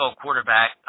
quarterback